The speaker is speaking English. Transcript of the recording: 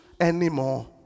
anymore